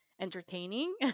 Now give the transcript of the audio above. entertaining